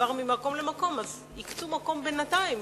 עבר ממקום למקום, אז הקצו מקום בינתיים.